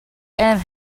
and